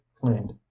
cleaned